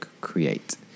Create